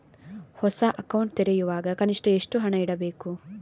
ಹೊಸ ಅಕೌಂಟ್ ತೆರೆಯುವಾಗ ಕನಿಷ್ಠ ಎಷ್ಟು ಹಣ ಇಡಬೇಕು?